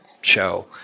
show